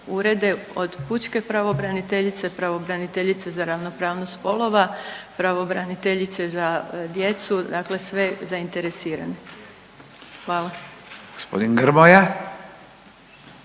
urede od pučke pravobraniteljice, pravobraniteljice za ravnopravnost spolova, pravobraniteljice za djecu, dakle sve zainteresirane. Hvala. **Radin, Furio